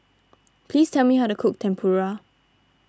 please tell me how to cook Tempura